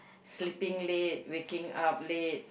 sleeping late waking up late